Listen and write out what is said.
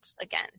again